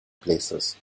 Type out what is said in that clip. places